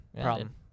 problem